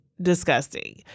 disgusting